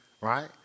right